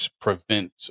prevent